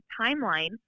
timeline